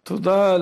תודה.